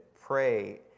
pray